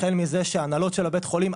החל מזה שההנהלות של בתי החולים,